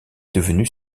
devenus